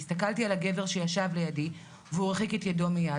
הסתכלתי על הגבר שישב לידי והוא הרחיק את ידו מייד.